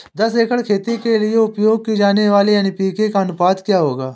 दस एकड़ खेती के लिए उपयोग की जाने वाली एन.पी.के का अनुपात क्या होगा?